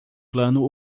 plano